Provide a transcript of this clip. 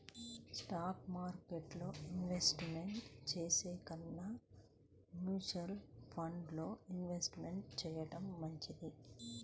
stock మార్కెట్టులో invest చేసే కన్నా మ్యూచువల్ ఫండ్స్ లో ఇన్వెస్ట్ చెయ్యడం మంచిది